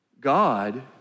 God